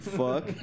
fuck